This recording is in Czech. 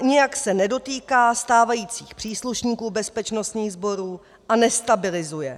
Nijak se nedotýká stávajících příslušníků bezpečnostních sborů a nestabilizuje.